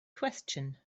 question